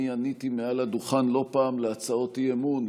אני עניתי מעל הדוכן לא פעם על הצעות אי-אמון.